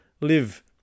live